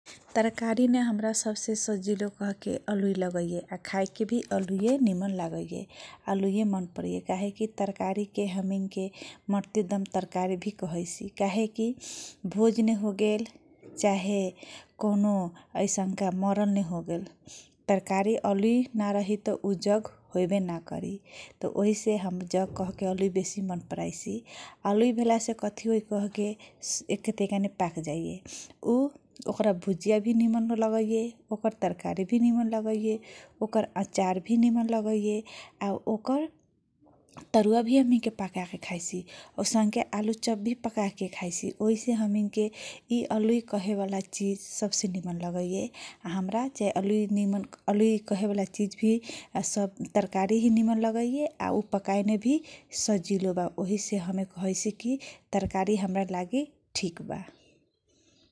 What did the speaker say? तरकारी मे हमारा सबसे कहेके अलुई लागैए खाइके भी अलुई निमन लागे अलुई मन पराइए अलुई तरकारी के मर्ते दम तरकारी भी कहैसी काहे कि भोज्ने भोगेल चाहे ऐसनका मरण होगेल तरकारी अलुई नारहित उजग होइवे नाकरी औसे हम जग कह के अलुइ हम बेसी मन पराइसी आलुई भेला से कथी कह के एके तैका मे पाकजाई ओकरा भुजिया भि मन लागइए ओकर तरकारी भी निमन लागइए ओकर अचारभि निमन लागइए ओकर तरुवाभी पकाके खाइसी औसन के आलु चप भी पकाके खाइसी ओहिसे हामी के यी अलुई काहेवाला चिज सबसे निमन लगाइए हमरा आलुई कहेवाला चिज सब तरकारी से भी निमन लागइए पकाइने भी सजिलो बा इहेसे कहैसी अलुइ तरकारी हमरा लागि ठिक बा ।